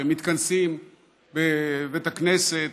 כשמתכנסים בבית הכנסת